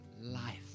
life